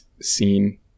seen